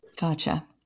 Gotcha